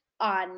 On